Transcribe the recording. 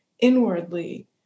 inwardly